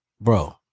Bro